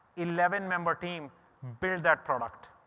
eleven member team build that product.